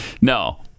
No